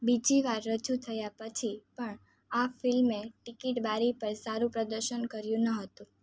બીજી વાર રજૂ થયા પછી પણ આ ફિલ્મે ટીકીટ બારી પર સારું પ્રદર્શન કર્યું ન હતું